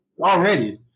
already